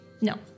No